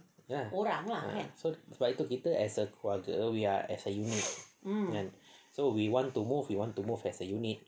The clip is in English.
ya kan so sebab itu kita as a keluarga we are as a unit kan so we want to move we want to move as a unit